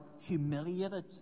humiliated